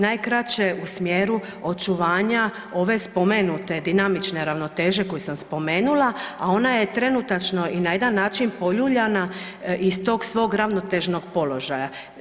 Najkraće u smjeru očuvanja ove spomenute dinamične ravnoteže koju sam spomenula, a ona je trenutačno i na jedan način poljuljana iz tog svog ravnotežnog položaja.